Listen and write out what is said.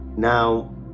Now